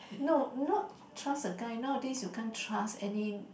no not trust the guy nowadays you can't trust any